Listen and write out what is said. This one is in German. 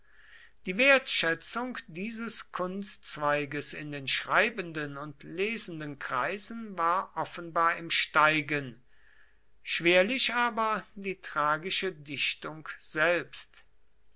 die wertschätzung dieses kunstzweiges in den schreibenden und lesenden kreisen war offenbar im steigen schwerlich aber die tragische dichtung selbst